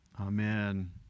amen